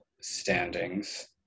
standings